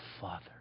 Father